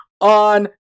on